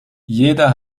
jeder